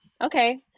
Okay